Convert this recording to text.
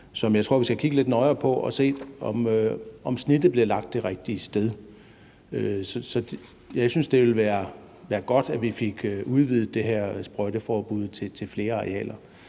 som jeg tror vi skal have kigget lidt nøjere på, så vi kan se, om snittet bliver lagt det rigtige sted. Jeg synes, det ville være godt, at vi fik udvidet det her sprøjteforbud til flere arealer,